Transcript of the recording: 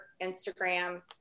instagram